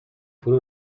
فرو